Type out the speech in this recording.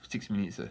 six minutes leh